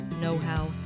know-how